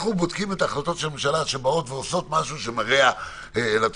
אנחנו בודקים את ההחלטות של הממשלה שעושות משהו שמרע לתושבים.